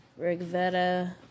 Rigveda